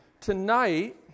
tonight